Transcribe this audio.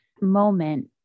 moment